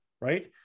right